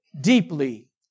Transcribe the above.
deeply